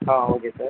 ah okay sir